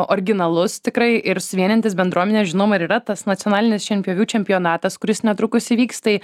originalus tikrai ir suvienyjantis bendruomene žinoma ir yra tas nacionalinis šienpjovių čempionatas kuris netrukus įvyks tai